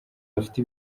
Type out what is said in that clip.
bafite